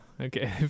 Okay